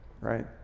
right